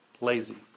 lazy